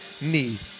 need